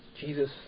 Jesus